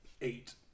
eight